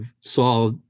saw